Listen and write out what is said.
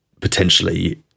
potentially